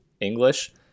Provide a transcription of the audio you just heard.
English